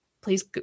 Please